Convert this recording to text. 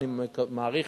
אני מעריך,